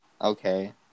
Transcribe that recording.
okay